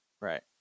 right